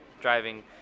driving